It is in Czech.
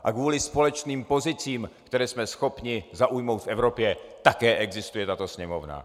A kvůli společným pozicím, které jsme schopni zaujmout v Evropě, také existuje tato Sněmovna.